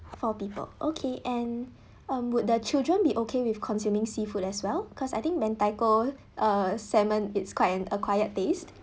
four people okay and um would the children be okay with consuming seafood as well cause I think mentaiko uh salmon is quite an acquired taste